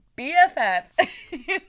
bff